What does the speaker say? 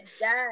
Yes